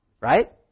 Right